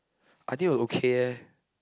I think we're okay eh